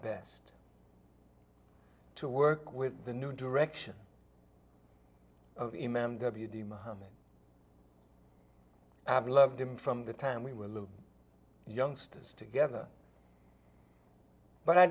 best to work with the new direction of him m w d mohammed abu loved him from the time we were little youngsters together but i